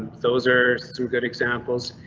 those are two good examples.